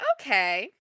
okay